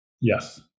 Yes